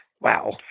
Wow